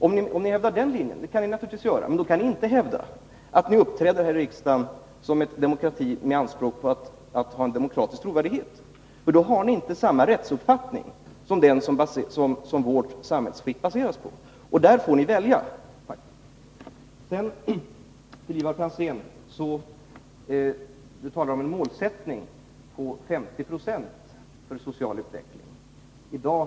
Om ni hävdar den linjen — det kan ni naturligtvis göra — kan ni inte samtidigt hävda att ni här i riksdagen uppträder som ett parti med anspråk på att ha demokratisk trovärdighet. Då har ni inte samma rättsuppfattning som den vårt samhällsskick baseras på. I det avseendet måste ni välja! Ivar Franzén talar om målsättningen 50 96 för social utveckling.